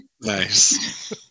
nice